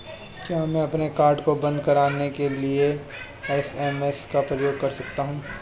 क्या मैं अपने कार्ड को बंद कराने के लिए एस.एम.एस का उपयोग कर सकता हूँ?